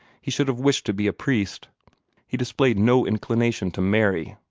he should have wished to be a priest he displayed no inclination to marry.